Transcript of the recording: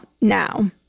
now